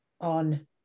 on